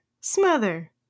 smother